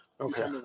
okay